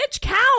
count